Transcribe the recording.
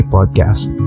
Podcast